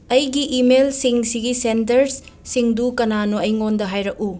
ꯑꯩꯒꯤ ꯏꯃꯦꯜꯁꯤꯡꯁꯤꯒꯤ ꯁꯦꯟꯗꯔꯁ ꯁꯤꯡꯗꯨ ꯀꯅꯥꯅꯣ ꯑꯩꯉꯣꯟꯗ ꯍꯥꯏꯔꯛꯎ